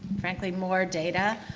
frankly, more data,